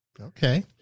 Okay